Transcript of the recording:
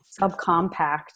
subcompact